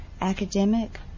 academic